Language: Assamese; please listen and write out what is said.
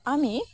আমি